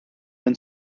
and